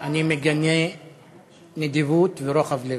אני מגלה נדיבות ורוחב לב.